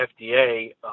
FDA